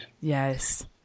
Yes